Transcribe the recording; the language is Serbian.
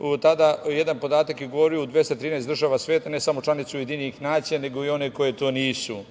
ljudi, jedan podatak je govorio u 213 država sveta, ne samo članica UN nego i one koje to nisu,